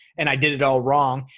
and i did it all wrong.